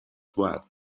well